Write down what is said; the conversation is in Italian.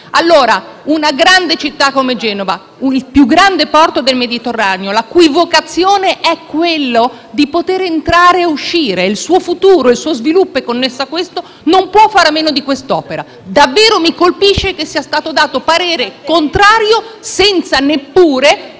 Allora, per una grande città come Genova, per il più grande porto del Mediterraneo la cui vocazione è permettere di entrare e uscire, il futuro e lo sviluppo sono connessi a questo: non si può fare a meno di quest’opera. Davvero mi colpisce che sia stato dato parere contrario senza neppure